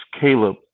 Caleb